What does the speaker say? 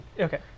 Okay